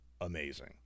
amazing